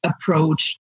approach